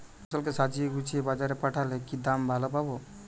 ফসল কে সাজিয়ে গুছিয়ে বাজারে পাঠালে কি দাম ভালো পাব?